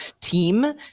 team